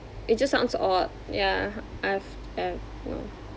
it just sounds odd ya I've have no